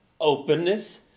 Openness